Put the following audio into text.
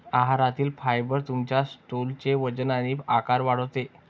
आहारातील फायबर तुमच्या स्टूलचे वजन आणि आकार वाढवते